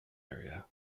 area